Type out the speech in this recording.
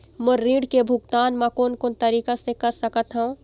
मोर ऋण के भुगतान म कोन कोन तरीका से कर सकत हव?